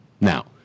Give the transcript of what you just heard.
Now